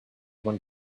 one